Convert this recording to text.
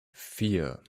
vier